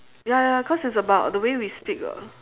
ya ya cause it's about the way we speak ah